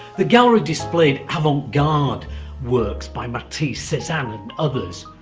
the gallery displayed avant-garde works by matisse, cezanne, and others,